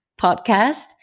podcast